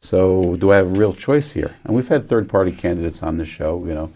so we do have a real choice here and we've had third party candidates on the show you know